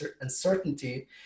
uncertainty